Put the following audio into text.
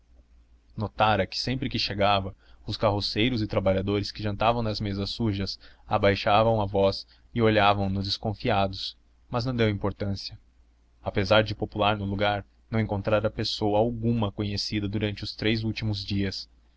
notara que sempre que chegava os carroceiros e trabalhadores que jantavam nas mesas sujas abaixavam a voz e olhavam no desconfiados mas não deu importância apesar de popular no lugar não encontrara pessoa alguma conhecida durante os três últimos dias